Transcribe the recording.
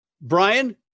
Brian